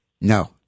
no